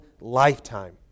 lifetime